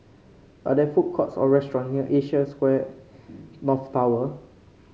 are there food courts or restaurant near Asia Square North Tower